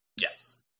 Yes